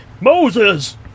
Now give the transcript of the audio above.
Moses